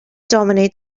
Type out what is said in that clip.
dominate